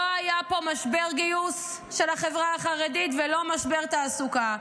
לא היה פה משבר גיוס של החברה החרדית ולא משבר תעסוקה.